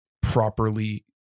properly